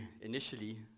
initially